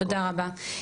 תודה רבה.